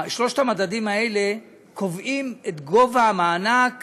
שלושת המדדים האלה קובעים את גובה המענק